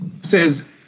says